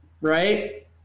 right